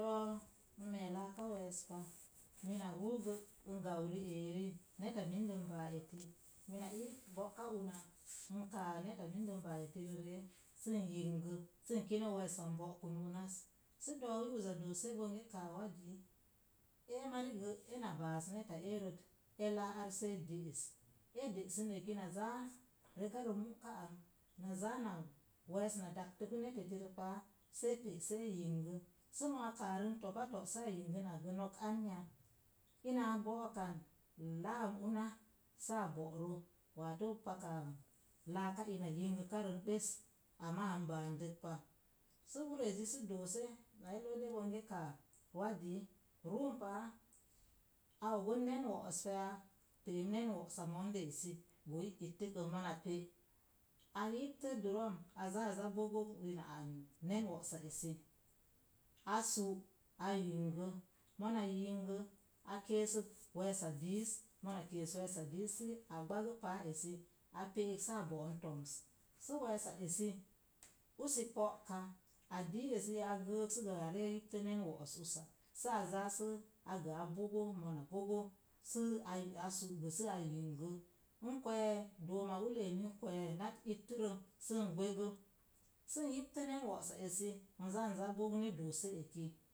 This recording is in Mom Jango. Doo, n mee laaka weespa, mina ruu gə n gau ri'eri, neta mində n baa eti mina ii bo'ka una, n kaa neta mində n baa eti rə ee. Sə doowi u za doose bonge kaa, wadii, ee mari gə ena baas neta eerət e laa ar see de'es. Ede'sən eki na zaa rekarə mu'ka an na zaa na wees na dagtə kə neta etirə paa, see pe see yingə. Sə moo kaarən topato saa yingənnak gə nok anya. Ina a go'okan, laam una saa bo'rə, watoo paka laaka ina yin gəkarən bes, amaa baandək pa. Sə urezi sə doose, mai lade bonge kaa wadii ruumpaa, a og'on nen wo'osya, pe’ em nen wo'sa mondə esi, buhui ittəkə, mona pe’ a yibtə durom, a zaa aza bogo ina an nen wo'sa esi, a su’ a yingə mona yingə, a keesək weesa diis, mona kees weesa diis sə a gbago paa esi a pe'ek saa bo'on toms, sə weesa esi usi po'ka. A dii esi a gəək səgə a yiptə nen wo'os usa, saa zaa sə a gə a bogo, mona bogo sə a yi a su'uk, n kwee dooma ullə emi n kwee nat ittərə sən yiptə nen wo'sa esi n zaan za bog ni doose eki.